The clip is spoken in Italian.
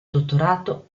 dottorato